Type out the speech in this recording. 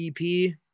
EP